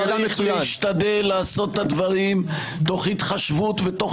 צריך להשתדל לעשות את הדברים תוך התחשבות ותוך